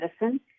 Medicine